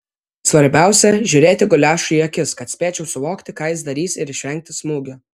svarbiausia žiūrėti guliašui į akis kad spėčiau suvokti ką jis darys ir išvengti smūgio